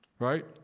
right